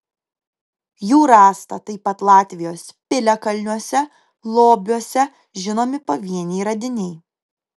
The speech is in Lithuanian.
jų rasta taip pat latvijos piliakalniuose lobiuose žinomi pavieniai radiniai